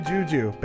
Juju